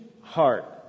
heart